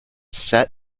set